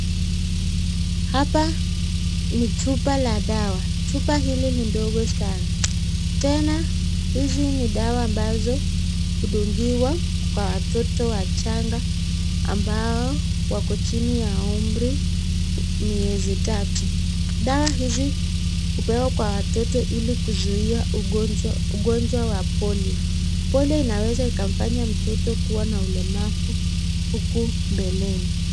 Hapa ni chupa la dawa. Chupa hili ni ndogo sana. Tena hizi ni dawa ambazo hudungiwa kwa watoto wachanga ambao wako jini ya umri miezi tatu. Dawa hizi hupewa kwa watoto ili kuzuia ugonjwa wa polio. Polio inaweza ikamfanya mtoto kuwa na ulemavu huku mbeleni.